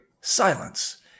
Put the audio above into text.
silence